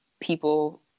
people